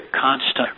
constant